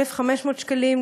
1,500 שקלים,